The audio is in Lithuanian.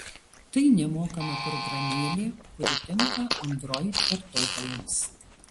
tai nemokama programėlė kuri tinka android vartotojams